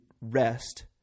rest